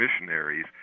missionaries